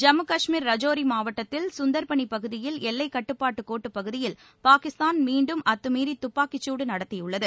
ஜம்மு கஷ்மீர் ரஜோரி மாவட்டத்தில் சுந்தா்பனி எல்லைக்கட்டுப்பாட்டு கோட்டுப் பகுதியில் பாகிஸ்தான் மீண்டும் அத்துமீறி துப்பாக்கிச் சூடு நடத்தியுள்ளது